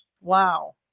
Wow